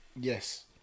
Yes